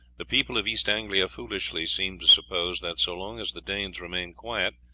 the people of east anglia foolishly seem to suppose that, so long as the danes remain quiet,